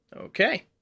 okay